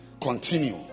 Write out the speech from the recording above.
Continue